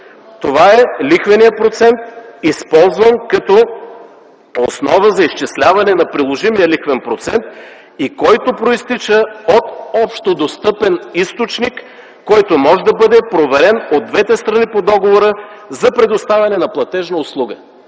„Това е лихвеният процент, използван като основа за изчисляване на приложимия лихвен процент, който произтича от общодостъпен източник, който може да бъде проверен от двете страни по договора за предоставяне на платежна услуга,